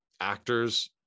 actors